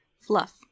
Fluff